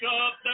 up